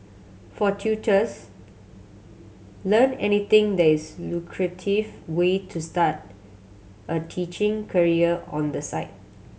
for tutors Learn Anything lucrative way to start a teaching career on the side